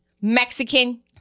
Mexican